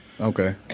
Okay